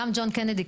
גם ג'ון קנדי,